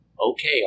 Okay